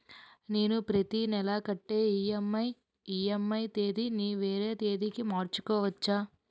నేను నా ప్రతి నెల కట్టే ఈ.ఎం.ఐ ఈ.ఎం.ఐ తేదీ ని వేరే తేదీ కి మార్చుకోవచ్చా?